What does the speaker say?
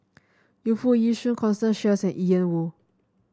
Yu Foo Yee Shoon Constance Sheares and Ian Woo